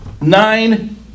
nine